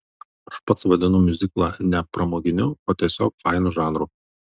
aš pats vadinu miuziklą ne pramoginiu o tiesiog fainu žanru